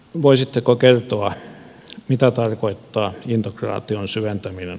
voisitteko kertoa mitä tarkoittaa integraation syventäminen